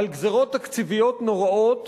על גזירות תקציביות נוראות